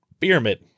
pyramid